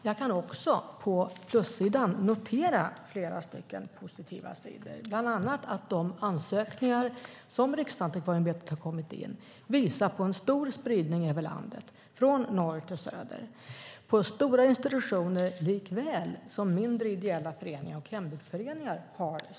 Jag kan också på plussidan notera flera positiva sidor, bland annat att de ansökningar som Riksantikvarieämbetet har fått in visar på en stor spridning över landet, från norr till söder. Det är fråga om stora institutioner såväl som mindre ideella föreningar och hembygdsföreningar.